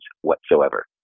whatsoever